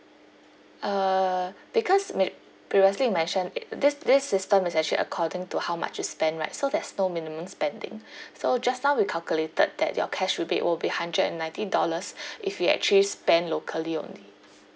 uh because me~ previously mentioned it this this system is actually according to how much you spend right so there's no minimum spending so just now we calculated that your cash rebate will be hundred and ninety dollars if you actually spend locally only